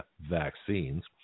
vaccines